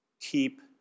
keep